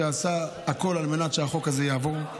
שעשה הכול על מנת שהחוק הזה יעבור.